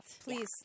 Please